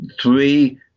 three